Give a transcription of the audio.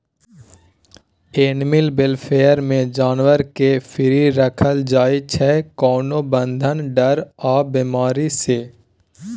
animal welfare मे जानबर केँ फ्री राखल जाइ छै कोनो बंधन, डर आ बेमारी सँ